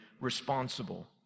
responsible